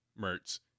Mertz